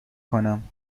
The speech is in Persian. کنم